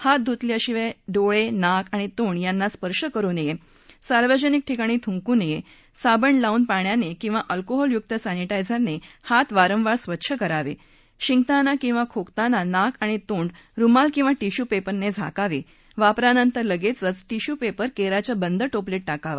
हात धुतल्याशिवाय डोळ नाक आणि तोंड यांना स्पर्श करू नया सार्वजनिक ठिकाणी थुंकू नया साबण लावून पाण्यानाक्रिवा अल्कोहोलयुक्त सॅनिटा अरनहित वारंवार स्वच्छ करावा शिंकताना किंवा खोकताना नाक आणि तोंड रुमाल किंवा टिश्यू पांचेनं झाकावा ब्रापरानंतर लगद्धि टिश्यूपांचे करीच्या बंद टोपलीत टाकावा